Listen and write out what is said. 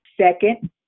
Second